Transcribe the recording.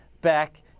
back